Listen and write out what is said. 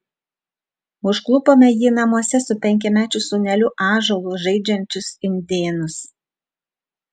užklupome jį namuose su penkiamečiu sūneliu ąžuolu žaidžiančius indėnus